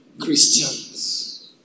Christians